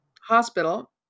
hospital